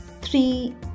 three